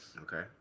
Okay